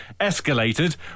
escalated